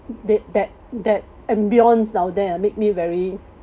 that that that ambiance down there ah made me very